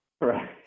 Right